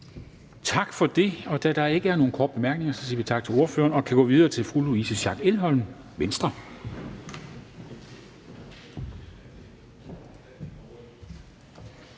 Tak for det. Da der ikke er nogen korte bemærkninger, siger vi tak til ordføreren og kan gå videre til fru Louise Schack Elholm, Venstre.